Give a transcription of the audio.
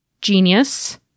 Genius